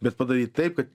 bet padaryt taip kad